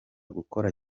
gukora